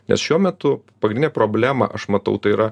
nes šiuo metu pagrindinę problemą aš matau tai yra